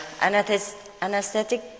anesthetic